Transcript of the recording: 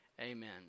Amen